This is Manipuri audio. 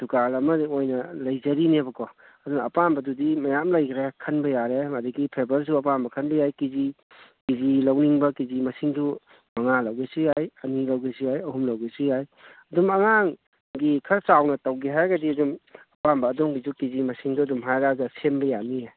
ꯗꯨꯀꯥꯟ ꯑꯃ ꯑꯣꯏꯅ ꯂꯩꯖꯔꯤꯅꯦꯕꯀꯣ ꯑꯗꯨꯅ ꯑꯄꯥꯝꯕꯗꯨꯗꯤ ꯃꯌꯥꯝ ꯂꯩꯈ꯭ꯔꯦ ꯈꯟꯕ ꯌꯥꯔꯦ ꯃꯗꯒꯤ ꯐ꯭ꯂꯦꯚꯔꯁꯨ ꯑꯄꯥꯝꯕ ꯈꯟꯕ ꯌꯥꯏ ꯀꯦ ꯖꯤ ꯀꯦ ꯖꯤ ꯂꯧꯅꯤꯡꯕ ꯀꯦ ꯖꯤ ꯃꯁꯤꯡꯗꯨ ꯃꯉꯥ ꯂꯧꯒꯦꯁꯨ ꯌꯥꯏ ꯑꯅꯤ ꯂꯧꯒꯦꯁꯨ ꯌꯥꯏ ꯑꯍꯨꯝ ꯂꯧꯒꯦꯁꯨ ꯌꯥꯏ ꯑꯗꯨꯝ ꯑꯉꯥꯡꯒꯤ ꯈꯔ ꯆꯥꯎꯅ ꯇꯧꯒꯦ ꯍꯥꯏꯔꯒꯗꯤ ꯑꯗꯨꯝ ꯑꯄꯥꯝꯕ ꯑꯗꯣꯝꯒꯤꯖꯨ ꯀꯦ ꯖꯤ ꯃꯁꯤꯡꯗꯣ ꯑꯗꯨꯝ ꯍꯥꯏꯔꯛꯑꯒ ꯁꯦꯝꯕ ꯌꯥꯅꯤꯌꯦ